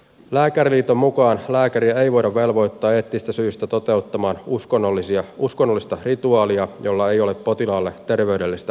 lääkäriliiton mukaan lääkäriä ei voida velvoittaa eettisistä syistä toteuttamaan uskonnollista rituaalia josta ei ole potilaalle terveydellistä hyötyä